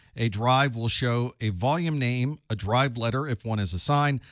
a drive will show a volume name, a drive letter if one is assigned,